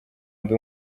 ndi